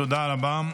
תודה רבה.